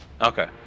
Okay